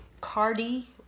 Cardi